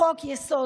חוק-יסוד,